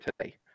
today